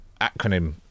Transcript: acronym